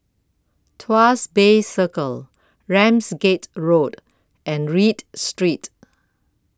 Tuas Bay Circle Ramsgate Road and Read Street